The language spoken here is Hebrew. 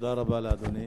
תודה רבה לאדוני.